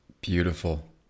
beautiful